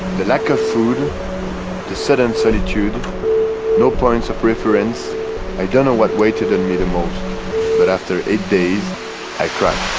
the lack of food the sudden solitude no point of reference i don't know what weighted on and me the most but after eight days i cracked